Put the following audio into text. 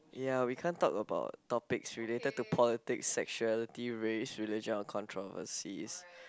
ya we can't talk about topics related to politics sexuality races religions or controversy